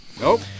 Nope